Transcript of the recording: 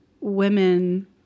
women